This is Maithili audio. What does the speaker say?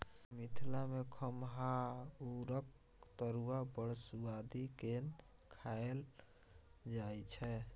मिथिला मे खमहाउरक तरुआ बड़ सुआदि केँ खाएल जाइ छै